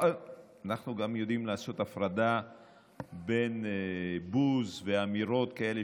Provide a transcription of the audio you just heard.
אנחנו יודעים לעשות הפרדה בין בוז ואמירות כאלה,